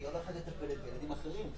והיא הולכת ומטפלת בילדים אחרים,